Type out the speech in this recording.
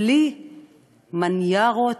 בלי מניירות,